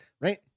right